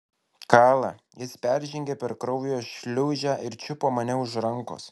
kala jis peržengė per kraujo šliūžę ir čiupo mane už rankos